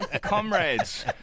Comrades